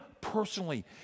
personally